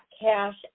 cash